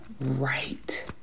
right